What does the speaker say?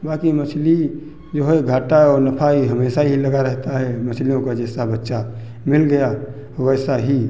बाकी मछली जो है घाटा और नफ़ा ये हमेशा ही लगा रहता है मछलियों का जैसा बच्चा मिल गया वैसा ही